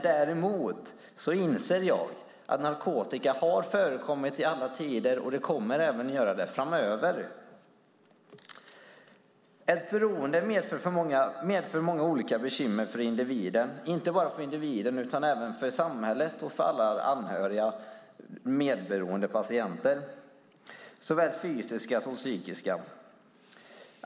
Däremot inser jag att narkotika har förekommit i alla tider och även kommer att göra det framöver. Ett beroende medför många olika bekymmer för individen och inte bara för individen utan även för samhället och alla anhöriga och medberoende patienter, såväl fysiska som psykiska.